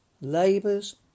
labours